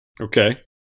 Okay